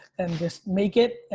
and just make it,